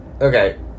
okay